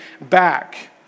back